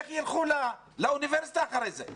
איך ילכו לאוניברסיטה אחרי זה?